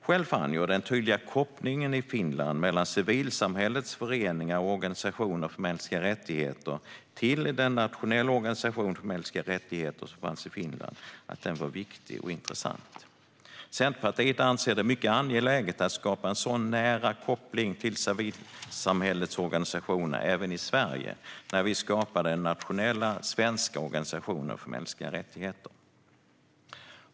Själv fann jag den tydliga kopplingen mellan civilsamhällets föreningar och organisationer för mänskliga rättigheter och den nationella organisation för mänskliga rättigheter som fanns i Finland viktig och intressant. Centerpartiet anser det mycket angeläget att skapa en nära koppling till civilsamhällets organisationer även i Sverige när vi skapar den nationella svenska organisationen för mänskliga rättigheter.